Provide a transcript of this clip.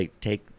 take